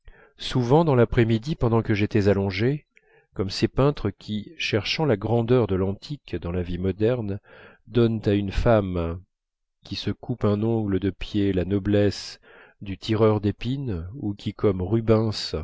souvent dans l'après-midi pendant que j'étais allongé comme ces peintres qui cherchant la grandeur de l'antique dans la vie moderne donnent à une femme qui se coupe un ongle de pied la noblesse du tireur d'épine ou qui comme rubens